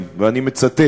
האלה, ואני מצטט: